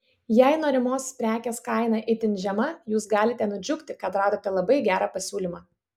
jei norimos prekės kaina itin žema jūs galite nudžiugti kad radote labai gerą pasiūlymą